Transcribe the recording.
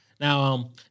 Now